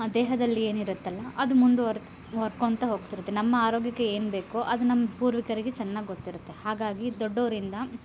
ದೇಹದಲ್ಲಿ ಏನಿರುತ್ತಲ್ಲ ಅದು ಮುಂದುವರ್ ವರ್ಕೊಳ್ತಾ ಹೋಗ್ತಿರುತ್ತೆ ನಮ್ಮ ಆರೋಗ್ಯಕ್ಕೆ ಏನು ಬೇಕೋ ಅದು ನಮ್ಮ ಪೂರ್ವಿಕರಿಗೆ ಚೆನ್ನಾಗಿ ಗೊತ್ತಿರುತ್ತೆ ಹಾಗಾಗಿ ದೊಡ್ಡವರಿಂದ